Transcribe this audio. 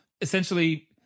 Essentially